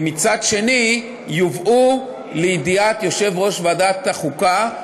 ומצד אחר, יובאו לידיעת יושב-ראש ועדת החוקה,